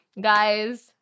Guys